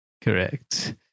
Correct